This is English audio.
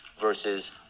versus